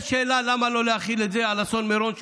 יש שאלה למה לא להחיל את זה על אסון מירון,